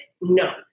No